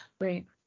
Right